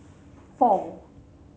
four